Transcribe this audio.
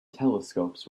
telescopes